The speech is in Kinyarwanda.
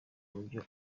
mubyo